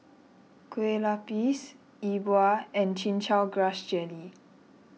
Kue Lupis Yi Bua and Chin Chow Grass Jelly